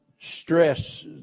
Stress